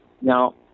Now